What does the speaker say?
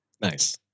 Nice